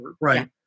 Right